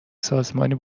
سازمانی